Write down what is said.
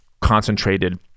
concentrated